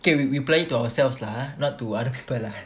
okay we we apply it to ourselves lah ah not to other people lah